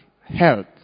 health